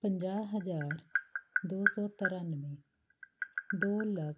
ਪੰਜਾਹ ਹਜ਼ਾਰ ਦੋ ਸੌ ਤਰਾਨਵੇਂ ਦੋ ਲੱਖ